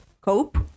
cope